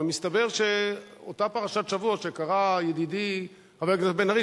ומסתבר שאותה פרשת שבוע שקרא ידידי חבר הכנסת בן-ארי,